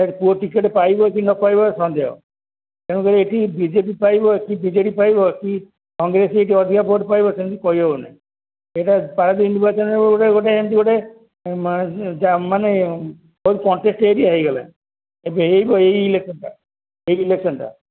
ପୁଅ ଟିକେଟ୍ ପାଇବ କି ନ ପାଇବ ସନ୍ଦେହ ତେଣୁକରି ଏଠି ବିଜେପି ପାଇବ କି ବିଜେଡ଼ି ପାଇବ କି କଂଗ୍ରେସ ଏଠି ଅଧିକା ଭୋଟ୍ ପାଇବ ସେମିତି କହିହେବନି ଏଇଟା ପାରି ଗୋଟେ ଗୋଟେ ଏମିତି ଗୋଟେ ମାନେ ବହୁତ କଣ୍ଟେଷ୍ଟ ଏରିଆ ହେଇଗଲା ଏବେ ଏଇ ଏଇ ଇଲେକ୍ସନଟା ଏଇ ଇଲେକ୍ସନଟା